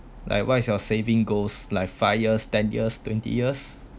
like what's your saving goals like five years ten years twenty years